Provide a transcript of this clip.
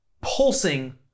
pulsing